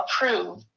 approve